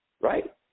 Right